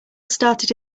started